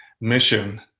mission